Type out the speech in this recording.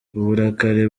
uburakari